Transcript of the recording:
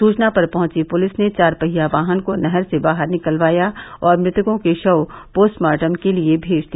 सूचना पर पहुंची पुलिस ने चारपहिया वाहन को नहर से बाहर निकलवाया और मृतकों के शव पोस्टमार्टम के लिये भेज दिया